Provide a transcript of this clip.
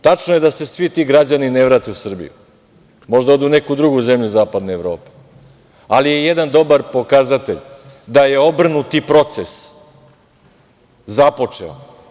Tačno je da se svi ti građani ne vrate u Srbiju, možda odu u neku drugu zemlju zapadne Evrope, ali je jedan dobar pokazatelj da je obrnuti proces započeo.